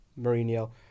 Mourinho